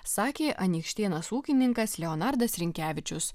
sakė anykštėnas ūkininkas leonardas rinkevičius